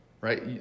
right